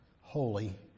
holy